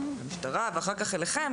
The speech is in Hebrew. ואחר כך אליהם,